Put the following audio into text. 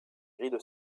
grilles